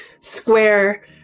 square